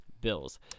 bills